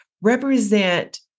represent